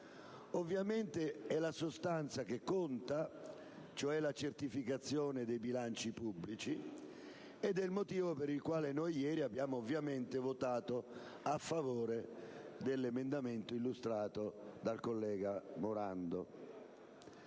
Ovviamente, è la sostanza che conta, cioè la certificazione dei bilanci pubblici, che è il motivo per il quale noi ieri abbiamo votato a favore dell'emendamento illustrato dal collega Morando.